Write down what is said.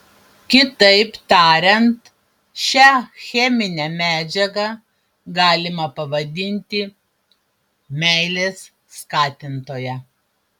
kitaip tariant šią cheminę medžiagą galima pavadinti meilės skatintoja